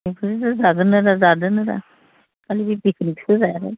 जागोन नारा जागोननो रा खालि बे बिखनिखौ जायाखै